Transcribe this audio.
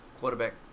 quarterback